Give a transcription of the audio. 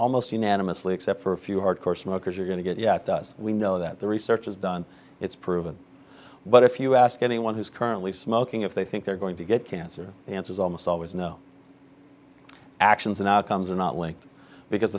unanimously except for a few hard core smokers are going to get yeah it does we know that the research is done it's proven but if you ask anyone who's currently smoking if they think they're going to get cancer the answer is almost always no actions and outcomes are not linked because